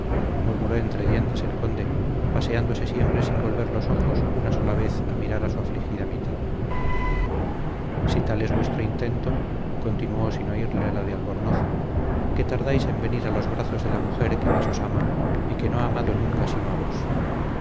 murmuró entre dientes el conde paseándose siempre sin volver los ojos una sola vez a mirar a su afligida mitad si tal es vuestro intento continuó sin oírle la de albornoz qué tardáis en venir a los brazos de la mujer que más os ama y que no ha amado nunca sino a vos